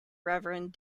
reverend